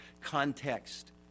context